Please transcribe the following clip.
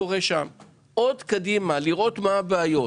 עוד קדימה לראות מה הבעיות,